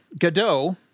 Gadot